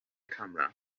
camera